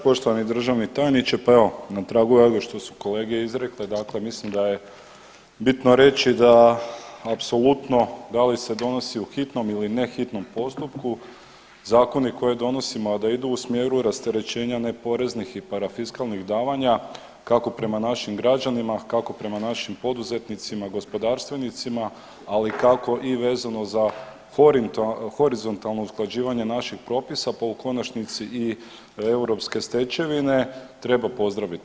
Poštovani državni tajniče pa evo na tragu i onoga što su kolege izrekle dakle mislim da je bitno reći da apsolutno da li se donosi u hitnom ili ne hitnom postupku zakoni koje donosimo, a da idu u smjeru rasterećenja neporeznih i parafiskalnih davanja kao prema našim građanima, kako prema našim poduzetnicima, gospodarstvenicima, ali kako i vezano za horizontalno usklađivanje naših propisa pa u konačnici i europske stečevine treba pozdraviti.